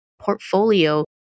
portfolio